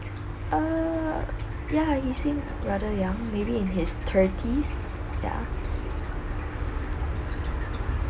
err ya he seem rather young maybe in his thirties ya